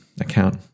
account